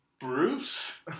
Bruce